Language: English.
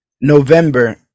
november